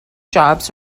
jobs